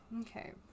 Okay